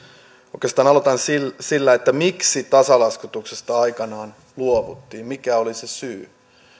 oikeastaan aloitan sillä sillä että miksi tasalaskutuksesta aikanaan luovuttiin mikä oli se syy